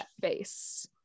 face